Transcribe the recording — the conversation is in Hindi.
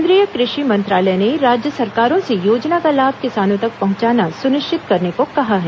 केन्द्रीय कृषि मंत्रालय ने राज्य सरकारों से योजना का लाभ किसानों तक पहुंचाना सुनिश्चित करने को कहा है